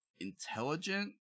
intelligent